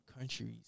countries